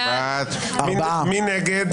מי נגד?